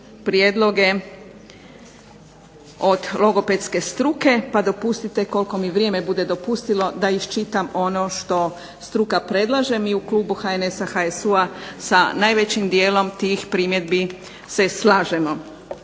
prijedloge od logopedske struke, pa mi dopustite koliko mi vrijeme bude dopustilo da isčitam ono što struka predlaže, mi u Klubu HNS-a HSU-a sa najvećim dijelom tih primjedbi se slažemo.